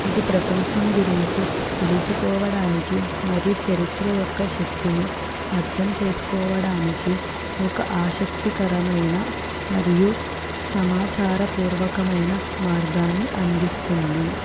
ఇది ప్రపంచం గురించి తెలుసుకోవడానికి మరు చరిత్ర యొక్క శక్తిని అర్థం చేసుకోవడానికి ఒక ఆశక్తికరమైన మరియు సమాచార పూర్వకమైన మార్గాన్ని అందిస్తుంది